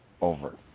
over